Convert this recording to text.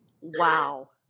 wow